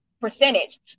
percentage